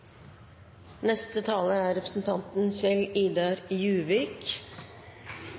Neste replikant er representanten